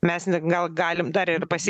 mes n gal galim dar ir pasi